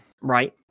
Right